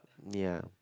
ya